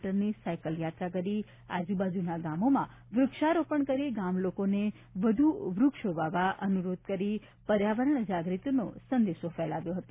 મી ને સાયકલ યાત્રા કરી આજૂબાજૂના ગામોમાં વ્રક્ષારોપણ કરી ગામ લોકોને વધુ વ્રક્ષો વાવવા અનુરોધ કરી પર્યાવરણ જાગ્રતિ નો સંદેશ ફેલાવ્યો હતો